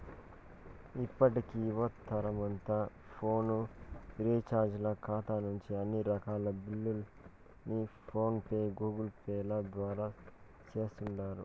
ఇప్పటి యువతరమంతా ఫోను రీచార్జీల కాతా నుంచి అన్ని రకాల బిల్లుల్ని ఫోన్ పే, గూగుల్పేల ద్వారా సేస్తుండారు